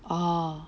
orh